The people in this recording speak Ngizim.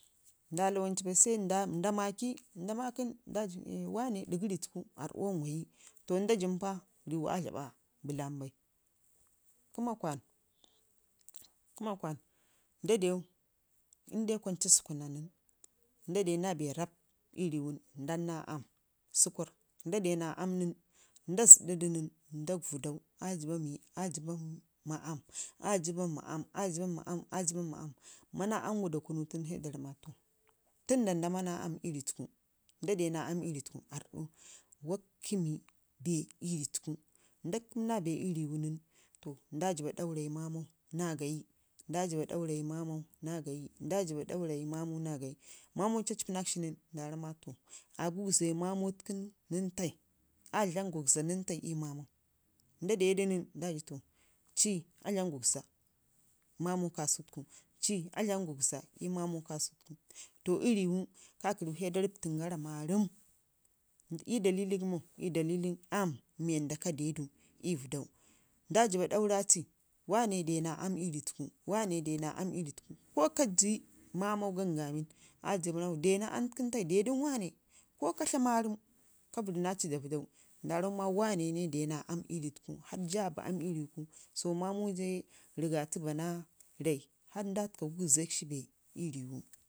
sai nda maki nda maakin ndaji eh wanne ɗigu rii tuku ar ɗi wan wayi to ndajinpa riiwu aadlaɓa balan bai. ka ma karaan nda dew inde kwanci sukuna nan nda dina bee rrab ii riiwun dam naa aam səkurr nda de naa aam nan nda zədue nan da uədau aa jəbba ma aam, aa jəbba ma aam mana aamgu da kunu nən sai da ramma to tunda nda mana aam ii rii tuku nda de naa aam ii rii tuku ardi wa kami bee ii rii tuku nda kəmna bee ii rii wu nən to nda dibba ɗaune mamau na gayi nda dibba daure mamau na gayi nda dibba daure mamau na gayi mamu cacepi nakshi nən nda ramau ma to aa gugza mamau tuku nən tai, a dlam gugzanem tai ii mamau nda dedu nən to ci a dlam gugza ii mamau ka sutuku to a rii tunu sai kaki riiwu da rap, cirigara marəm ii dalili gəmo ii dalili aam mii wanda ka dedu ii vədau. Nda dibba ɗaura ci wane de naa aam ii rii tuku. Wane de naa aam ii rii tuku ko ti mamamu gangamin aa dibba ramau de naa aam tukun tai dadain wane ko ka tlaa marəm ka varr naci da vədau nda ramau ma, wane ne de naa aam ii rii tuku henr jaa bii aam ii rii tuku so mamujaye rigata bana rai harr nda təka gugzəkshi bee ii rii